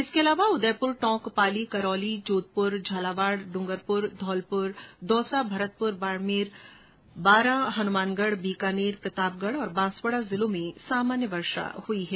इसके अलावा उदयपुर टोंक पाली करौली जोधपुर झालावाड़ डूंगरपुर धोलपुर दौसा भरतपुर बाड़मेर बारां हनुमानगढ़ बीकानेर प्रतापगढ़ तथा बांसवाड़ा जिलों में सामान्य बारिश हुई है